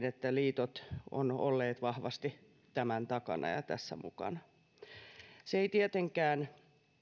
että liitot ovat olleet vahvasti tämän takana ja tässä mukana se ei tietenkään